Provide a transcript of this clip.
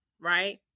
right